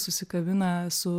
susikabina su